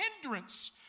hindrance